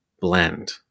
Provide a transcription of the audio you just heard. blend